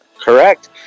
correct